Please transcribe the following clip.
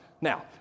Now